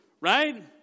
Right